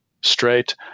straight